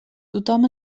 tothom